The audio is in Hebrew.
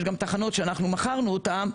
יש גם תחנות שמכרנו אותם,